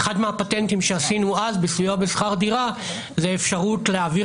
אחד הפטנטים שעשינו אז בסיוע בשכר דירה זה האפשרות להעביר